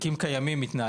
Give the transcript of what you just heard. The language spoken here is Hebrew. התיקים הקיימים מתנהלים,